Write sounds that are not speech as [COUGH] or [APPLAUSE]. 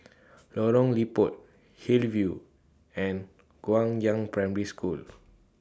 Lorong Liput Hillview and Guangyang Primary School [NOISE]